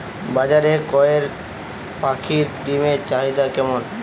বাজারে কয়ের পাখীর ডিমের চাহিদা কেমন?